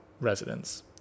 Residents